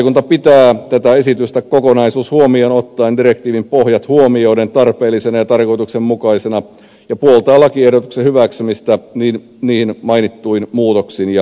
valiokunta pitää tätä esitystä kokonaisuus huomioon ottaen direktiivin pohjat huomioiden tarpeellisena ja tarkoituksenmukaisena ja puoltaa lakiehdotuksen hyväksymistä mainituin muutoksin ja muutosehdotuksin